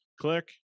Click